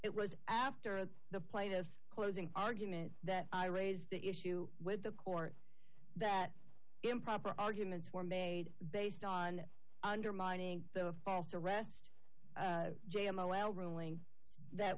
it was after the plaintiff's closing argument that i raised the issue with the court that improper arguments were made based on undermining the false arrest j m o l ruling that